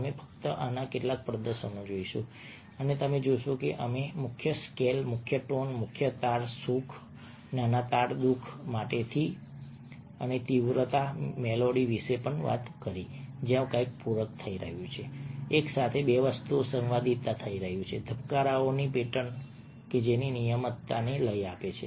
અમે ફક્ત આના કેટલાક પ્રદર્શનો જોઈશું અને તમે જોશો કે અમે મુખ્ય સ્કેલ મુખ્ય ટોન મુખ્ય તાર સુખ નાના તાર દુઃખ મોટેથી અને તીવ્રતા મેલોડી વિશે વાત કરી જ્યાં કંઈક પૂરક થઈ રહ્યું છે એક સાથે બે વસ્તુઓ સંવાદિતા થઈ રહ્યું છે ધબકારાઓની પેટર્નની નિયમિતતાને લય આપે છે